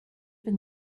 been